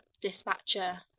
dispatcher